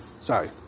sorry